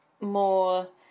more